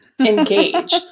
engaged